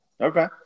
Okay